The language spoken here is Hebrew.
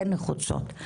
אתן נחוצות.